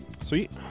sweet